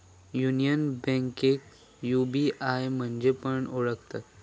union बैंकेक UBI म्हणान पण ओळखतत